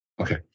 okay